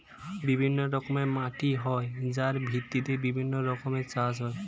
বিভিন্ন রকমের মাটি হয় যার ভিত্তিতে বিভিন্ন রকমের চাষ হয়